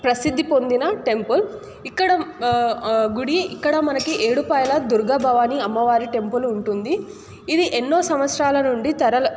ప్రసిద్ధి పొందిన టెంపుల్ ఇక్కడ గుడి ఇక్కడ మనకి ఏడుపాయల దుర్గ భవాని అమ్మవారి టెంపుల్ ఉంటుంది ఇది ఎన్నో సంవత్సరాల నుండి తరల